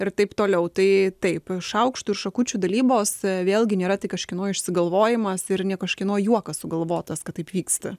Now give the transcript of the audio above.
ir taip toliau tai taip šaukštų ir šakučių dalybos vėlgi nėra tik kažkieno išsigalvojimas ir ne kažkieno juokas sugalvotas kad taip vyksta